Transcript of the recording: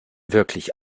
wirklich